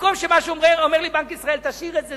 במקום מה שאומר לי בנק ישראל: תשאיר את זה,